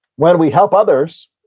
when we help others,